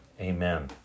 Amen